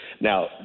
Now